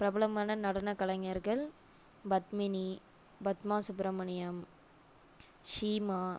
பிரபலமான நடனக் கலைஞர்கள் பத்மினி பத்மா சுப்ரமணியம் சீமா